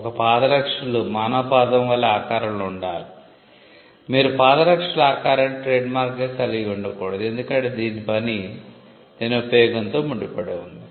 ఒక పాదరక్షలు మానవ పాదం వలె ఆకారంలో ఉండాలి మీరు పాదరక్షల ఆకారాన్ని ట్రేడ్మార్క్ గా కలిగి ఉండకూడదు ఎందుకంటే దీని పని దీని ఉపయోగంతో ముడిపడి ఉంది